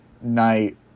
night